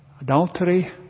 adultery